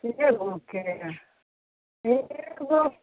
एगोके एगोके